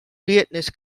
business